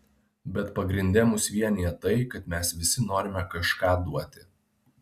bet pagrinde mus vienija tai kad mes visi norime kažką duoti